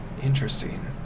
Interesting